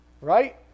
Right